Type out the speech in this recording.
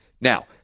Now